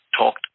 talked